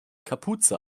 kapuze